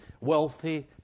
wealthy